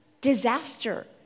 disaster